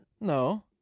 No